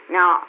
Now